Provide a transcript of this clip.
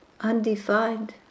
undefined